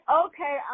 okay